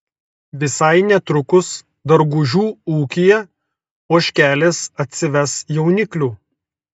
visai netrukus dargužių ūkyje ožkelės atsives jauniklių